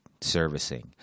servicing